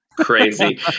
Crazy